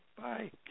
Bye